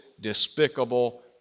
despicable